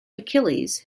achilles